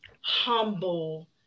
humble